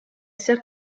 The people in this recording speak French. sœur